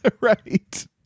right